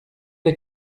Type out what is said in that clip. des